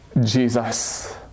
Jesus